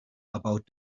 about